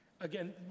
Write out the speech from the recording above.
again